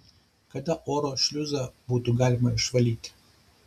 kada oro šliuzą būtų galima išvalyti